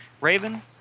Raven